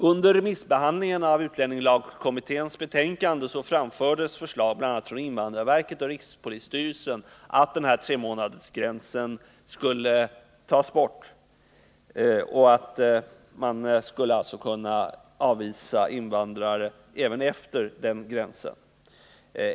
Under remissbehandlingen av utlänningslagkommitténs betänkande framfördes förslag, bl.a. från invandrarverket och rikspolisstyrelsen, att denna tremånadsgräns skulle tas bort och att man alltså skulle kunna avvisa invandrare även efter denna tid.